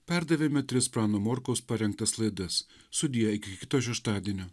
perdavėme tris prano morkaus parinktas laidas sudie iki kito šeštadienio